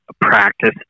practice